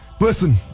Listen